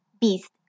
beast